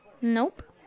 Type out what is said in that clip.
Nope